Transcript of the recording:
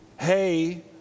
hey